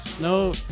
No